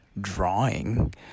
drawing